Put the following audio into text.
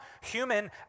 human